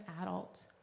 adult